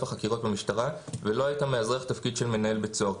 החקירות במשטרה ולא היית מאזרח תפקיד של מנהל בית סוהר,